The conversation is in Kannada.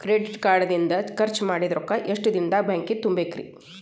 ಕ್ರೆಡಿಟ್ ಕಾರ್ಡ್ ಇಂದ್ ಖರ್ಚ್ ಮಾಡಿದ್ ರೊಕ್ಕಾ ಎಷ್ಟ ದಿನದಾಗ್ ಬ್ಯಾಂಕಿಗೆ ತುಂಬೇಕ್ರಿ?